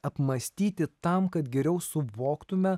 apmąstyti tam kad geriau suvoktume